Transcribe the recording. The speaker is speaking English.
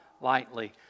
lightly